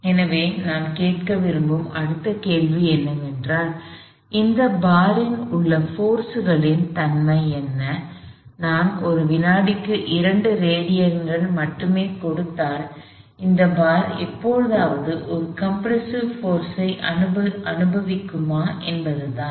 எனவே நாம் கேட்க விரும்பும் அடுத்த கேள்வி என்னவென்றால் இந்த பாரில் உள்ள போர்ஸ்களின் தன்மை என்ன நான் ஒரு வினாடிக்கு 2 ரேடியன்களை மட்டுமே கொடுத்தால் இந்த பார் எப்போதாவது ஒரு கம்ப்ரசிவ் போர்ஸ் ஐ அனுபவிக்குமா என்பது தான்